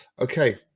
Okay